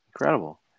Incredible